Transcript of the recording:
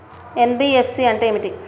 NBFC అంటే ఏమిటి?